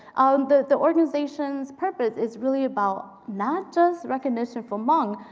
the the organization's purpose is really about not just recognition for hmong,